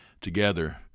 together